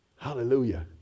Hallelujah